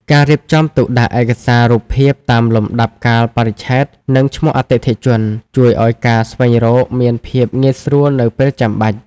ការរៀបចំទុកដាក់ឯកសាររូបភាពតាមលំដាប់កាលបរិច្ឆេទ និងឈ្មោះអតិថិជន ជួយឱ្យការស្វែងរកមានភាពងាយស្រួលនៅពេលចាំបាច់។